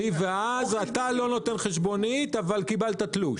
אתה לא נותן חשבונית אבל קיבלת תלוש.